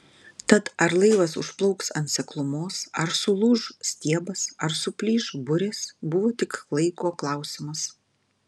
tad ar laivas užplauks ant seklumos ar sulūš stiebas ar suplyš burės buvo tik laiko klausimas